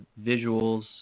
visuals